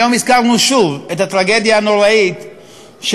היום הזכרנו שוב את הטרגדיה הנוראה של